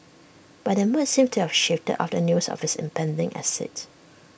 but that mood seems to have shifted after news of his impending exit